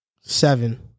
Seven